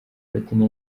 platini